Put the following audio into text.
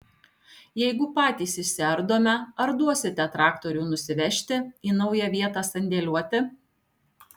jeigu patys išsiardome ar duosite traktorių nusivežti į naują vietą sandėliuoti